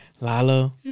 Lalo